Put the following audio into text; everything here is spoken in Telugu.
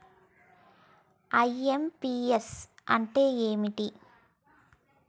ఐ.ఎమ్.పి.యస్ అంటే ఏంటిది?